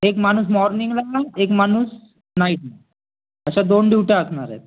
एक माणूस मॉर्निंगला एक माणूस नाईटला अशा दोन डुट्या असणार आहेत